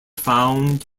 found